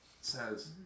Says